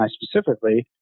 specifically